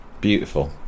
Beautiful